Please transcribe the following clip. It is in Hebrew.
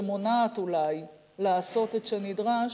שמונעת אולי לעשות את שנדרש,